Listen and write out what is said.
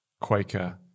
Quaker